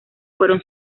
fueron